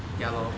ya lor